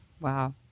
Wow